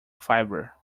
fibre